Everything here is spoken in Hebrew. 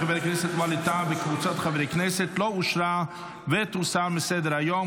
של חבר הכנסת ווליד טאהא וקבוצת חברי הכנסת לא אושרה ותוסר מסדר-היום.